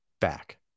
back